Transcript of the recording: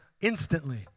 instantly